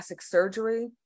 surgery